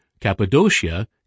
Cappadocia